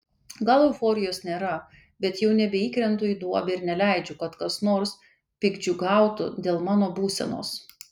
gal euforijos nėra bet jau nebeįkrentu į duobę ir neleidžiu kad kas nors piktdžiugiautų dėl mano būsenos